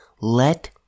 Let